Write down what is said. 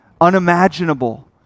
unimaginable